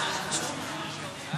עם חצי קדיש.